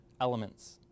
elements